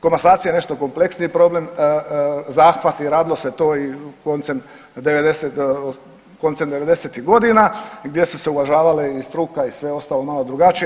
Komasacija je nešto kompleksniji problem, zahvati radilo se to i koncem '90.-tih godina gdje su se uvažavale i struka i sve ostalo malo drugačije.